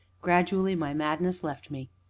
gradually my madness left me,